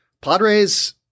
Padres